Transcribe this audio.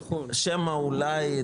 שמא אולי,